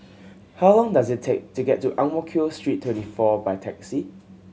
how long does it take to get to Ang Mo Kio Street Twenty four by taxi